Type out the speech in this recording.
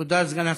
תודה, סגן השר.